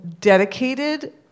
dedicated